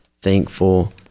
thankful